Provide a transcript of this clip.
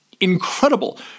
incredible